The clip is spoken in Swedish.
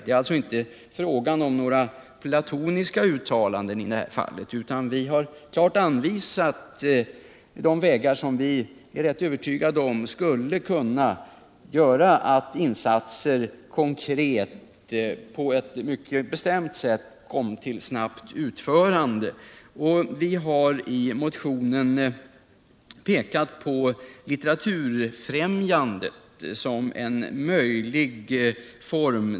Det var alltså inte fråga om några platoniska uttalanden i det här fallet, utan vi har klart anvisat de vägar som vi är övertygade om skulle kunna göra att insatser på ett mycket bestämt sätt kom till snabbt utförande. Vi har i motionen pekat på Litteraturfrämjandet som en möjlig väg.